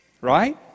Right